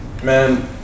man